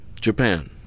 Japan